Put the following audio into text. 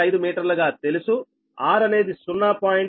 5మీటర్లుగా తెలుసు r అనేది 0